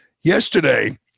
Yesterday